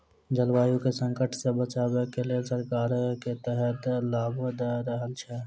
जलवायु केँ संकट सऽ बचाबै केँ लेल सरकार केँ तरहक लाभ दऽ रहल छै?